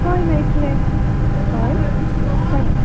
हय मेळट्ले हय सांगात